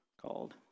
called